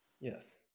Yes